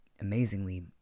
Amazingly